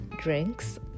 drinks